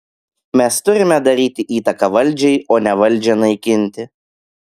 mes turime daryti įtaką valdžiai o ne valdžią naikinti